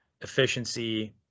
efficiency